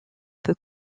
peu